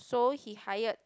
so he hired